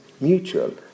mutual